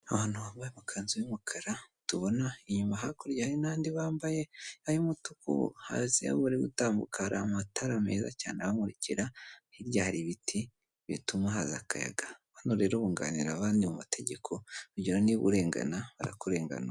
Abantu bambaye amakanzu y'umukara, tubona inyuma hakurya n'abandi bambaye ay'umutuku, hasi aho bari gutambuka hari amatara meza cyane abamurikira, hirya hari ibiti, bituma haza akayaga. Bano rero bunganira abandi mu mategeko, urugero niba urengana barakurenganura.